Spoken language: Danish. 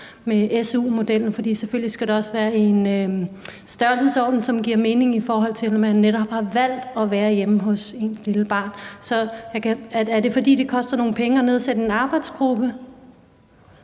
med su-modellen. For selvfølgelig skal det også være i en størrelsesorden, som giver mening, i forhold til at man netop har valgt at være hjemme hos sit lille barn. Så er det, fordi det koster nogle penge at nedsætte en arbejdsgruppe?